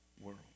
world